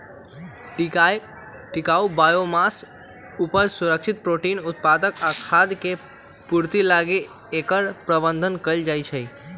टिकाऊ बायोमास उपज, सुरक्षित प्रोटीन उत्पादक आ खाय के पूर्ति लागी एकर प्रबन्धन कएल जाइछइ